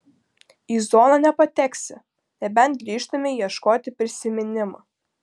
į zoną nepateksi nebent grįžtumei ieškoti prisiminimų